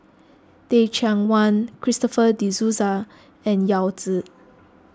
Teh Cheang Wan Christopher De Souza and Yao Zi